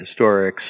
Historics